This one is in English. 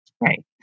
Right